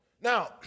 Now